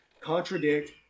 contradict